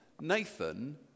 Nathan